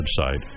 website